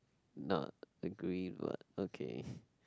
not agree but okay